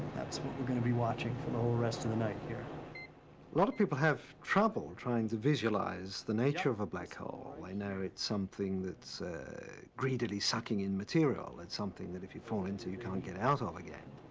that's what we're going to be watching for the whole rest of the night here. a lot of people have trouble trying to visualize the nature of a black hole. they know it's something that's, ah, greedily sucking in material, it's something that if you fall into you can't get out ah of again.